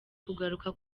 kugaruka